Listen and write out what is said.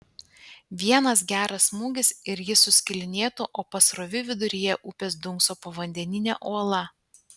vienas geras smūgis ir jis suskilinėtų o pasroviui viduryje upės dunkso povandeninė uola